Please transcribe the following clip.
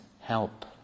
help